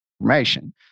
information